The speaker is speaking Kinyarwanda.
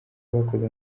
bakoze